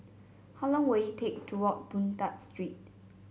how long will it take to walk Boon Tat Street